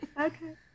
Okay